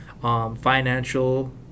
Financial